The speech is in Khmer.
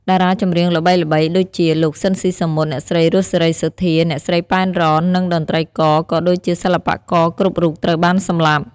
តារាចម្រៀងល្បីៗដូចជា លោក ស៊ីន ស៊ីសាមុត អ្នកស្រី រស់ សេរីសុទ្ធា អ្នកស្រី ប៉ែន រ៉ន និងតន្ត្រីករ ក៏ដូចជាសិល្បករគ្រប់រូបត្រូវបានសម្លាប់។